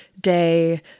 day